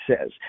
says